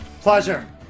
Pleasure